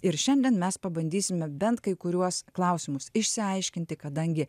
ir šiandien mes pabandysime bent kai kuriuos klausimus išsiaiškinti kadangi